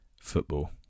Football